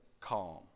calm